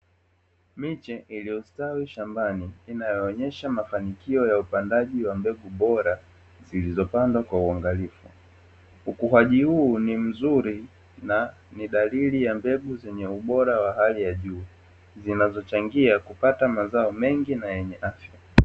Miche iliyostawi shambani inayoonyesha mafanikio ya upandaji wa mbegu bora zilizopandwa kwa uangalifu. Ukuaji huu ni mzuri na ni dalili ya mbegu zenye ubora wa hali ya juu zinazochangia kupata mazao mengi na yenye afya.